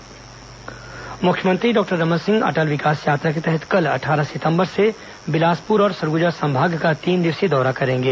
अटल विकास यात्रा मुख्यमंत्री डॉक्टर रमन सिंह अटल विकास यात्रा के तहत कल अट्ठारह सितंबर से बिलासपुर और सरगुजा संभाग का तीन दिवसीय दौरा करेंगे